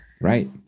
right